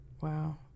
Wow